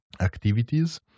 activities